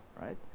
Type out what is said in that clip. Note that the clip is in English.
right